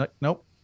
nope